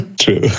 True